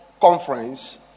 conference